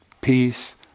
peace